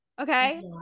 Okay